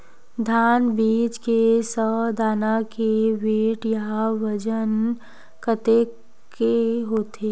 धान बीज के सौ दाना के वेट या बजन कतके होथे?